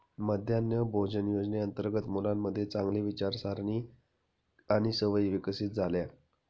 मध्यान्ह भोजन योजनेअंतर्गत मुलांमध्ये चांगली विचारसारणी आणि सवयी विकसित झाल्या